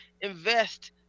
invest